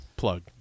plug